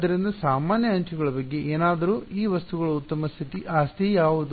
ಆದ್ದರಿಂದ ಸಾಮಾನ್ಯ ಅಂಚುಗಳ ಬಗ್ಗೆ ಏನಾದರೂ ಈ ವಸ್ತುಗಳ ಉತ್ತಮ ಆಸ್ತಿ ಯಾವುದು